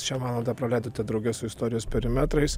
šią valandą praleidote drauge su istorijos perimetrais